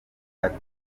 ati